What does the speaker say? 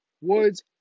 Woods